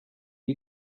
you